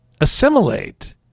assimilate